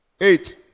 Eight